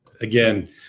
again –